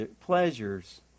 pleasures